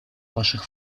ваших